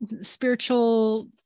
spiritual